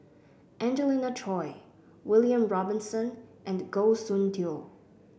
Angelina Choy William Robinson and Goh Soon Tioe